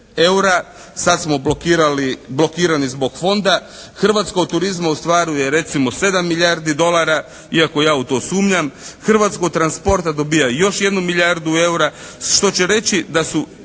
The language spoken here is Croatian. blokirani zbog fonda. Hrvatska u turizmu ostvaruje recimo 7 milijardi dolara iako ja u to sumnjam. Hrvatska od transporta dobija još jednu milijardu EUR-a što će reći da su